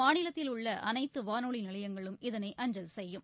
மாநிலத்தில் உள்ள அனைத்து வானொலி நிலையங்களும் இதனை அஞ்சல் செய்யும்